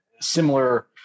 similar